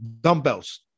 dumbbells